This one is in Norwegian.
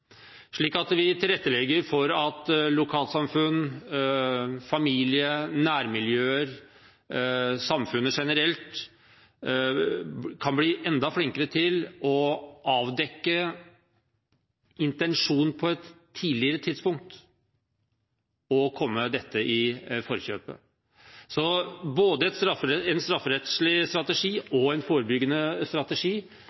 slik at vi tilrettelegger for at lokalsamfunn, familie, nærmiljøer og samfunnet generelt kan bli enda flinkere til å avdekke intensjonen på et tidligere tidspunkt, og komme dette i forkjøpet. Både en strafferettslig strategi og en forebyggende strategi